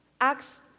Acts